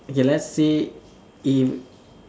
okay let's say if